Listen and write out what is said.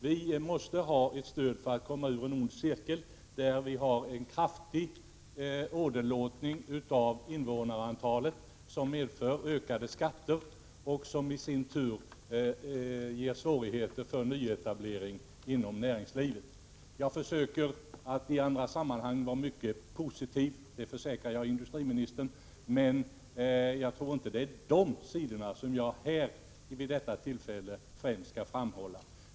Vi har en kraftig åderlåtning av invånarantalet, vilket medför ökade skatter, som i sin tur ger svårigheter för nyetablering inom näringslivet. Jag försöker att i andra sammanhang vara mycket positiv, det försäkrar jag industriministern, men jag tror inte det är de sidorna som jag vid detta tillfälle mest bör framhäva.